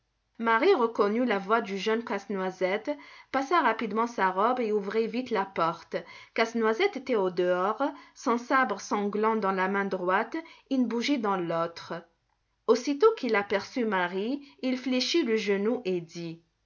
marie reconnut la voix du jeune casse-noisette passa rapidement sa robe et ouvrit vite la porte casse-noisette était au dehors son sabre sanglant dans la main droite une bougie dans l'autre aussitôt qu'il aperçut marie il fléchit le genou et dit